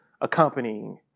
accompanying